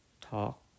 talk